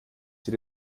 sie